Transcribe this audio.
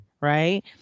Right